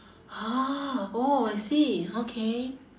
ha orh I see okay